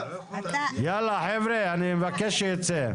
יאללה, חבר'ה, אני מבקש שיצא.